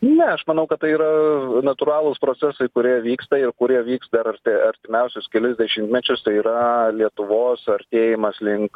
ne aš manau kad tai yra natūralūs procesai kurie vyksta ir kurie vyks dar artimiausius kelis dešimtmečius tai yra lietuvos artėjimas link